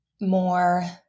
more